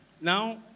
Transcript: Now